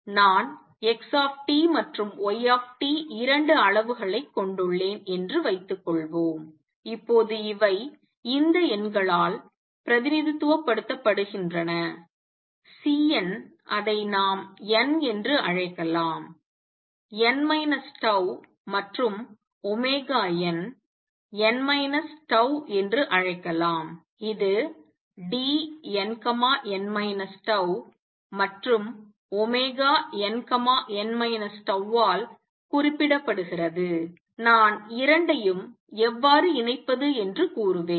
நான் X மற்றும் Y இரண்டு அளவுகளைக் கொண்டுள்ளேன் என்று வைத்துக் கொள்வோம் இப்போது இவை இந்த எண்களால் பிரதிநிதித்துவப்படுத்தப்படுகின்றன Cn அதை நாம் n என்று அழைக்கலாம n τ மற்றும் omega n n minus tau என்று அழைக்கலாம் இது Dnn τ மற்றும் nn τ ஆல் குறிப்பிடப்படுகிறது நான் இரண்டையும் எவ்வாறு இணைப்பது என்று கூறுவேன்